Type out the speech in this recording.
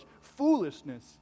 foolishness